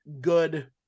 good